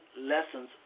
lessons